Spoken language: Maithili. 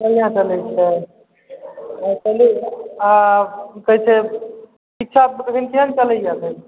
बढ़िआँ चलै छै हँ चलू कहै छै शिक्षा केहन चलैए एखन